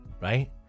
right